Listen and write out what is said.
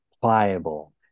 pliable